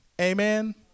Amen